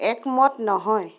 একমত নহয়